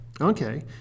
Okay